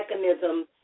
mechanisms